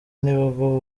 nibwo